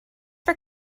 for